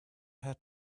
had